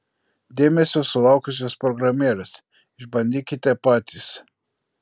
dėmesio sulaukusios programėlės išbandykite patys